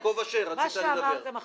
מה שאמרתם עכשיו.